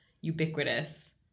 ubiquitous